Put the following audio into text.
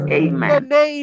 amen